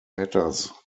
matters